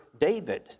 David